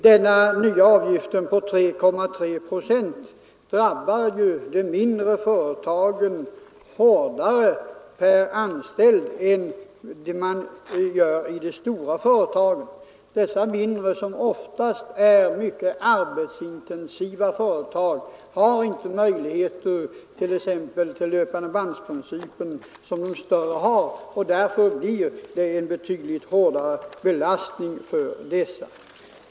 Den nya avgiften på 3,3 procent drabbar ju de mindre företagen hårdare per anställd än de stora företagen. Dessa mindre företag, som oftast är mycket arbetsintensiva, har inte möjligheter att använda t.ex. löpandebandprincipen som de större har. Därför blir det en betydligt hårdare belastning för dem.